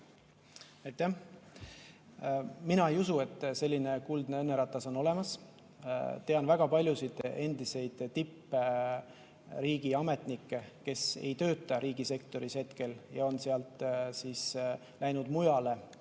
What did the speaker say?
Mina ei usu, et selline kuldne õnneratas on olemas. Tean väga paljusid endiseid tippriigiametnikke, kes ei tööta riigisektoris hetkel ja on sealt läinud mujale just